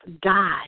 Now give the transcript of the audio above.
God